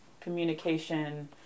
Communication